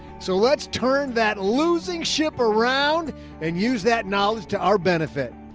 so let's turn that losing ship around and use that knowledge to our benefit.